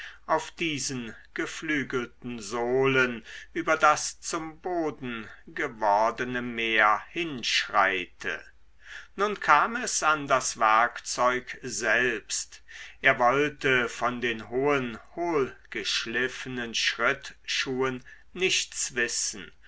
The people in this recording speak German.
auf diesen geflügelten sohlen über das zum boden gewordene meer hinschritte nun kam es an das werkzeug selbst er wollte von den hohen hohlgeschliffenen schrittschuhen nichts wissen